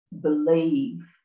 believe